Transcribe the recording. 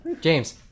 James